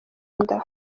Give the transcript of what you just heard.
nda